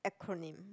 acronym